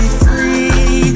free